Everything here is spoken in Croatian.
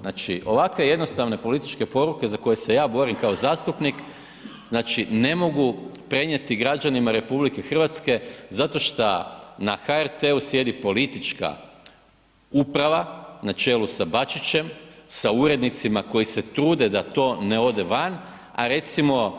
Znači, ovakve jednostavne političke poruke za koje se ja borim kao zastupnik, znači ne mogu prenijeti građanima RH zato šta na HRT-u sjedi politička uprava na čelu sa Bačićem, sa urednicima koji se trude da to ne ode van, a recimo